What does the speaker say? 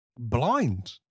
Blind